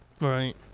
Right